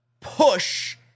push